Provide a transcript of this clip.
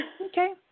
Okay